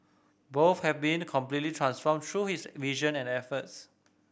both have been completely transformed through his vision and efforts